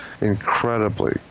incredibly